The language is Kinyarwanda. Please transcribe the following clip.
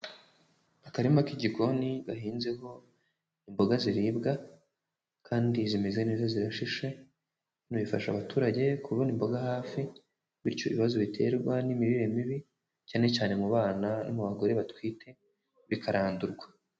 Akarima k'igikoni gahinzeho imboga ziribwa kandi zimeze neza zirashishe. Bino bifasha abaturage kubona imboga hafi bityo ibibazo biterwa n'imirire mibi cyane cyane mu bana no mu b'abagore batwite bikarandurwa.